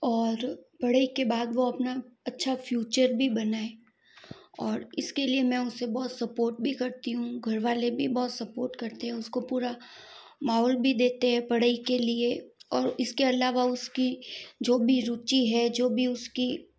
और पढ़ाई के बाद वो अपना अच्छा फ्यूचर भी बनाये और इसके लिए मैं उसे बहुत स्पॉट भी करती हूँ घर वाले भी बहुत स्पॉट करते है उसको पूरा माहौल भी देते है पढ़ाई के लिए और इसके अलावा उसकी जो भी रुचि है जो भी उसकी